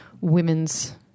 women's